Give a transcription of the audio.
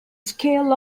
scale